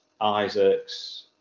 Isaacs